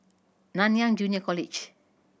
Nanyang Junior College